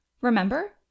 remember